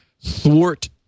thwart